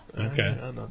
Okay